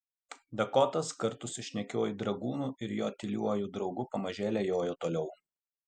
dakotas kartu su šnekiuoju dragūnu ir jo tyliuoju draugu pamažėle jojo toliau